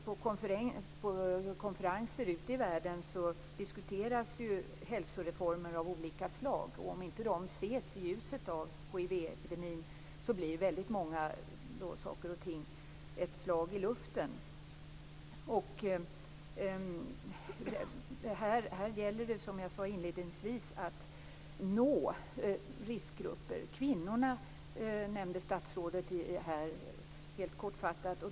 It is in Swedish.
På konferenser ute i världen diskuteras hälsoreformer av olika slag. Om inte de ses i ljuset av hivepidemin blir väldigt många saker ett slag i luften. Här gäller det, som jag sade inledningsvis, att nå riskgrupper. Statsrådet nämnde kvinnorna helt kortfattat.